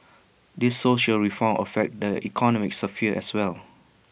these social reforms affect the economic sphere as well